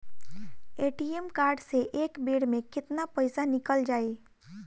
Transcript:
ATM card से एक बेर मे केतना पईसा निकल जाई?